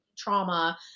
trauma